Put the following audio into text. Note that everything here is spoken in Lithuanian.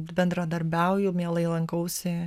bendradarbiauju mielai lankausi